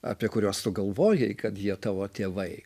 apie kuriuos tu galvojai kad jie tavo tėvai